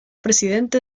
presidente